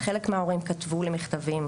חלק מההורים כתבו לי מכתבים,